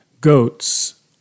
Goats